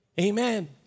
Amen